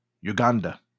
Uganda